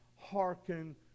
hearken